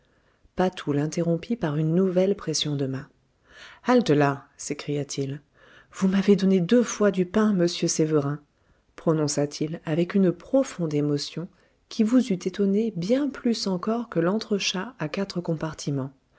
patou l'interrompit par une nouvelle pression de main halte-là s'écria-t-il vous m'avez donné deux fois du pain monsieur sévérin prononça-t-il avec une profonde émotion qui vous eût étonné bien plus encore que l'entrechat à quatre compartiments